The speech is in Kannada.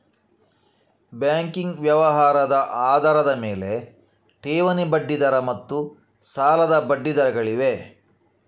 ಬ್ಯಾಂಕಿಂಗ್ ವ್ಯವಹಾರದ ಆಧಾರದ ಮೇಲೆ, ಠೇವಣಿ ಬಡ್ಡಿ ದರ ಮತ್ತು ಸಾಲದ ಬಡ್ಡಿ ದರಗಳಿವೆ